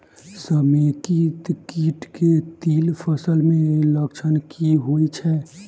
समेकित कीट केँ तिल फसल मे लक्षण की होइ छै?